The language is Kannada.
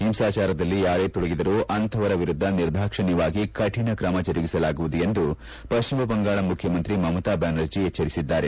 ಹಿಂಸಾಚಾರದಲ್ಲಿ ಯಾರೇ ತೊಡಗಿದರೂ ಅಂಥವರ ವಿರುದ್ಧ ನಿರ್ದಾಕ್ಷಿಣ್ಯವಾಗಿ ಕಠಿಣ ಕ್ರಮ ಜರುಗಿಸಲಾಗುವುದು ಎಂದು ಪಶ್ಚಿಮ ಬಂಗಾಳ ಮುಖ್ಯಮಂತ್ರಿ ಮಮತಾ ಬ್ಯಾನರ್ಜಿ ಎಚ್ಚರಿಸಿದ್ದಾರೆ